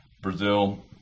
Brazil